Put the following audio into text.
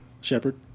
Shepard